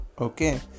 okay